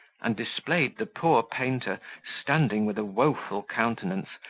and displayed the poor painter standing with a woeful countenance,